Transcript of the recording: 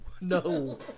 no